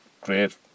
great